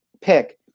pick